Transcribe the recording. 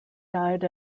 died